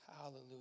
hallelujah